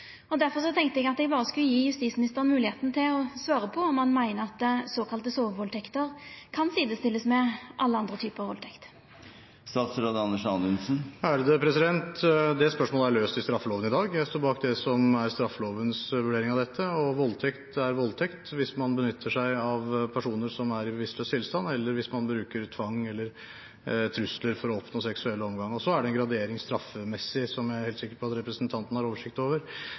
Derfor tenkte eg at eg berre skulle gje justisministeren moglegheita til å svara på om han meiner at såkalla sovevaldtekter kan jamstillast med alle andre typar valdtekt. Det spørsmålet er løst i straffeloven i dag. Jeg står bak det som er straffelovens vurdering av dette. Voldtekt er voldtekt – hvis man benytter seg av personer som er i bevisstløs tilstand, eller hvis man bruker tvang eller trusler for å oppnå seksuell omgang. Så er det en gradering når det gjelder straff, som jeg er helt sikker på at representanten har oversikt over,